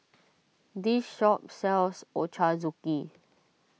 this shop sells Ochazuke